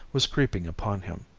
was creeping upon him.